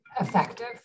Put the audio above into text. effective